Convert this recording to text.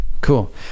cool